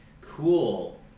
cool